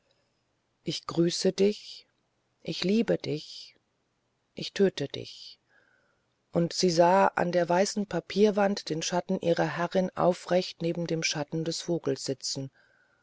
ich grüße dich ich liebe dich ich töte dich und sie sah an der weißen papierwand den schatten ihrer herrin aufrecht neben dem schatten des vogels sitzen